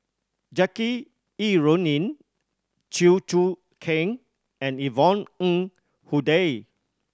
Jackie Yi Ru Ying Chew Choo Keng and Yvonne Ng Uhde